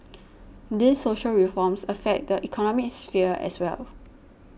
these social reforms affect the economic sphere as well